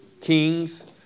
kings